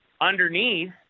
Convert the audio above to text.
underneath